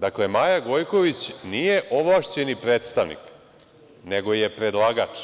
Dakle, Maja Gojković nije ovlašćeni predstavnik, nego je predlagač,